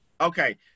okay